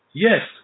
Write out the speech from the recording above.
Yes